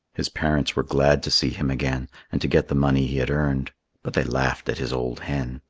his parents were glad to see him again, and to get the money he had earned but they laughed at his old hen.